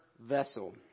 vessel